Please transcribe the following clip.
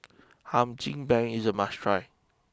Hum Chim Peng is a must try